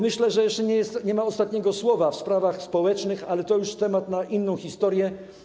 Myślę, że jeszcze nie ma ostatniego słowa w sprawach społecznych, ale to już temat na inną historię.